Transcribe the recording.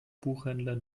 buchhändler